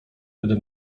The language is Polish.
gdy